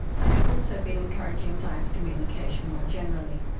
i have also been encouraging science communication more generally.